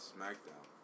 Smackdown